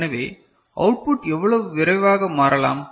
எனவே அவுட்புட் எவ்வளவு விரைவாக மாறலாம்